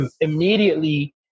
immediately